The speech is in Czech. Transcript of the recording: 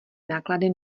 náklady